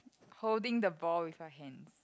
holding the ball with a hand